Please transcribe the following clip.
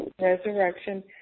resurrection